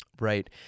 Right